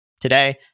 today